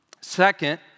Second